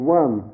one